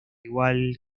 igual